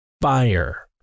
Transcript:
fire